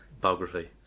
biography